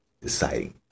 deciding